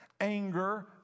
anger